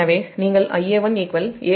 எனவே நீங்கள் Ia1 7